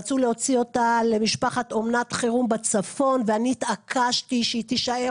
רצו להוציא אותה למשפחת אומנת חירום בצפון ואני התעקשתי שהיא תישאר